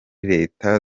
leta